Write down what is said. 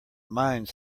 mines